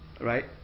right